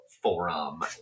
forum